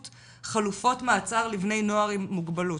חלופות מעצר לבני נוער עם מוגבלות.